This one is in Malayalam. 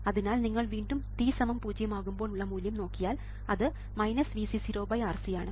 അതിനാൽ നിങ്ങൾ വീണ്ടും t 0 ആകുമ്പോൾ ഉള്ള മൂല്യം നോക്കിയാൽ അത് Vc0RC ആണ്